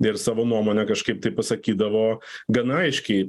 ir savo nuomonę kažkaip tai pasakydavo gana aiškiai